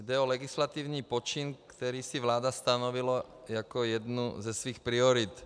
Jde o legislativní počin, který si vláda stanovila jako jednu ze svých priorit.